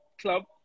club